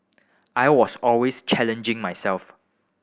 I was always challenging myself